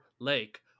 Lake